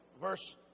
verse